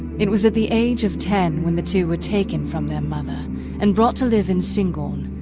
it was at the age of ten when the two were taken from their mother and brought to live in syngorn,